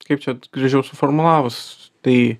kaip čia gražiau suformulavus tai